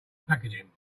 packaging